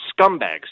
scumbags